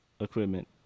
equipment